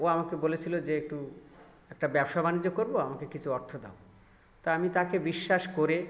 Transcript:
ও আমাকে বলেছিলো যে একটু একটা ব্যবসা বাণিজ্য করবো আমাকে কিছু অর্থ দাও তা আমি তাকে বিশ্বাস করে